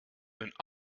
een